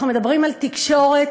אנחנו מדברים על תקשורת